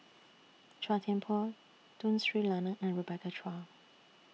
Chua Thian Poh Tun Sri Lanang and Rebecca Chua